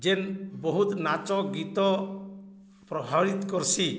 ଯେନ୍ ବହୁତ ନାଚ ଗୀତ ପ୍ରଭାବିତ କର୍ସି